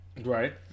Right